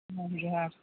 ᱦᱮᱸ ᱡᱚᱦᱟᱨ